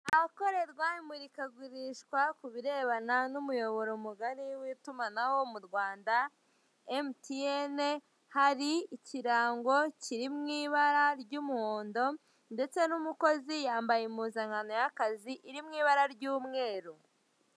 Ahakorerwa imurikagurishwa ku birebana n'umuyoboro mugari w'itumanaho mu Rwanda Emutiyene, hari ikirango kiri mu ibara ry'umuhondo ndetse n'umukozi yambaye impuzankano y'akazi, iri mu ibara ry'umweru.